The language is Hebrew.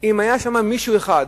אם היה שם מישהו אחד,